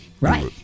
Right